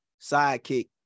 sidekick